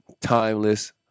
Timeless